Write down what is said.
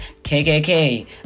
kkk